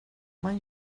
man